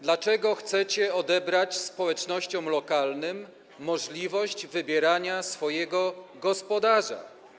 Dlaczego chcecie odebrać społecznościom lokalnym możliwość wybierania swojego gospodarza?